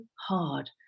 hard